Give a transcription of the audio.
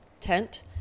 tent